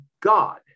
God